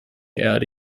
erde